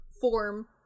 form